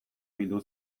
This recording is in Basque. bildu